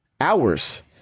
hours